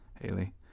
Haley